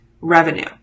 revenue